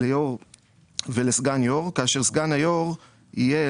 ליושב ראש ולסגן יושב ראש כאשר סגן היושב ראש יהיה,